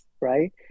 right